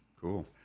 Cool